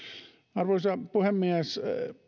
arvoisa puhemies